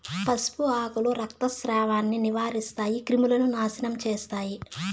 పసుపు ఆకులు రక్తస్రావాన్ని నివారిస్తాయి, క్రిములను నాశనం చేస్తాయి